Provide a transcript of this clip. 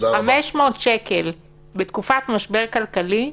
500 שקל בתקופת משבר כלכלי,